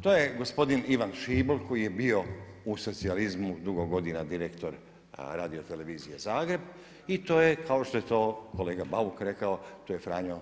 To je gospodin Ivan Šibl koji je u socijalizmu dugo godina direktor Radiotelevizije Zagreb i to je kao što je to kolega Bauk rekao, to je Franjo